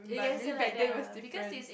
but maybe back then it was different